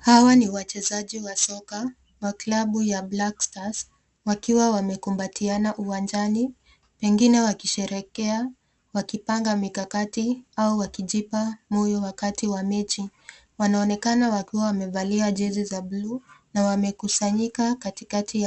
Hawa ni wachezaji wa soka wa klabu ya blackstars wakiwa wamekumbatiana uwanjani, pengine wakisherekea, wakipanga mikakati au wakijipa moyo wakati wa mechi. Wanaonekana wakiwa wamevalia jezi za buluu na wamekusanyika katikati